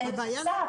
זה צו.